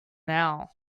now